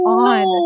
on